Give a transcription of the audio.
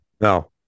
No